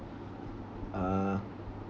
uh